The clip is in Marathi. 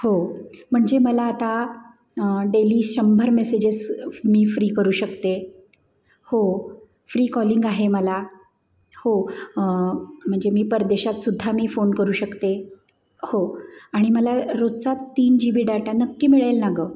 हो म्हणजे मला आता डेली शंभर मेसेजेस मी फ्री करू शकते हो फ्री कॉलिंग हे मला हो म्हणजे मी परदेशात सुद्धा मी फोन करू शकते हो आणि मला रोजचा तीन जी बी डाटा नक्की मिळेल ना गं